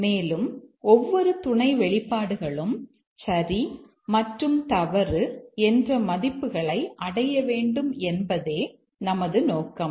மேலும் ஒவ்வொரு துணை வெளிப்பாடுகளும் சரி மற்றும் தவறு என்ற மதிப்புகளை அடைய வேண்டும் என்பதே நமது நோக்கம்